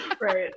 right